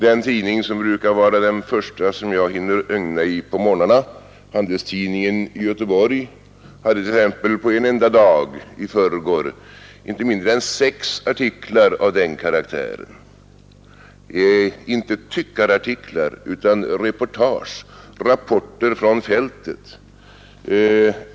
Den tidning som brukar vara den första jag hinner ögna i på morgnarna, Handelstidningen i Göteborg, hade exempelvis på en enda dag, i förrgår, inte mindre än sex artiklar av denna karaktär — inte tyckarartiklar utan reportage, rapporter från fältet.